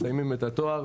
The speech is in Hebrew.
מסיימים את התואר,